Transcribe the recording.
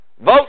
Vote